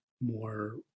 more